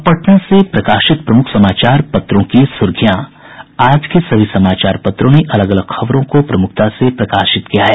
अब पटना से प्रकाशित प्रमुख समाचार पत्रों की सुर्खियां आज के सभी समाचार पत्रों ने अलग अलग खबरों को प्रमूखता से प्रकाशित किया है